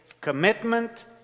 commitment